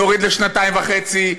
נוריד לשנתיים וחצי,